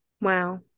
Wow